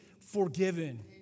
forgiven